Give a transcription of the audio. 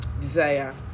desire